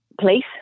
place